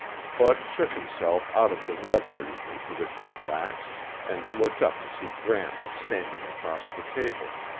bud shook himself out of the reverie into which he had lapsed and looked up to see gramps standing across the table.